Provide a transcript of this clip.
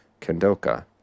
kendoka